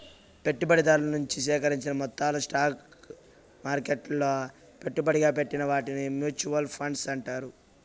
పెట్టుబడిదారు నుంచి సేకరించిన మొత్తాలు స్టాక్ మార్కెట్లలో పెట్టుబడిగా పెట్టిన వాటిని మూచువాల్ ఫండ్స్ అంటారు